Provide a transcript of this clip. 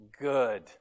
good